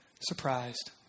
surprised